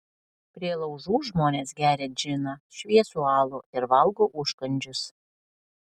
prie laužų žmonės geria džiną šviesų alų ir valgo užkandžius